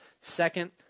second